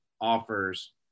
offers